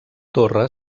torre